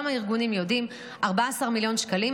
גם הארגונים יודעים: 14 מיליון שקלים.